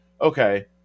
Okay